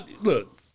look